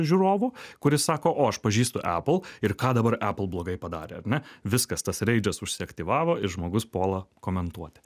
žiūrovu kuris sako o aš pažįstu apple ir ką dabar apple blogai padarė ar ne viskas tas reidžas susiaktyvavo ir žmogus puola komentuoti